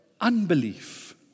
unbelief